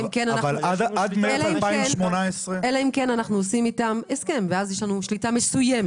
אלא אם כן אנחנו עושים איתם הסכם ואז יש לנו שליטה מסוימת.